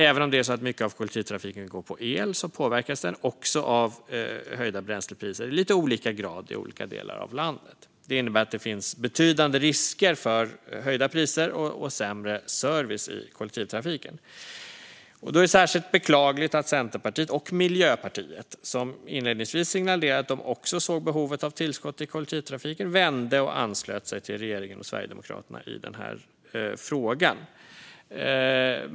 Även om mycket av kollektivtrafiken går på el påverkas också den av höjda bränslepriser i lite olika grad i olika delar av landet. Det innebär att det finns betydande risker för höjda priser och sämre service i kollektivtrafiken. Då är det särskilt beklagligt att Centerpartiet och Miljöpartiet, som inledningsvis signalerade att de också såg behovet av tillskott till kollektivtrafiken, vände och anslöt sig till regeringen och Sverigedemokraterna i den här frågan.